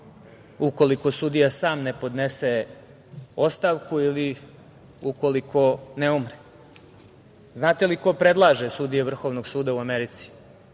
ukoliko sudija sam ne podnese ostavku ili ukoliko ne umre. Znate li ko predlaže sudije Vrhovnog suda u Americi?